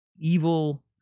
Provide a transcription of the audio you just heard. evil